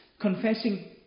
confessing